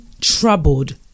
troubled